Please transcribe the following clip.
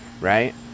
right